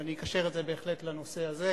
ואני אקשר את זה בהחלט לנושא הזה,